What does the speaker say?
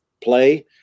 play